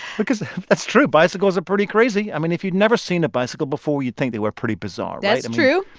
because that's true. bicycles are pretty crazy. i mean, if you'd never seen a bicycle before, you'd think they were pretty bizarre, right? that's true